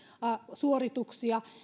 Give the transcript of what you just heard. suorituksia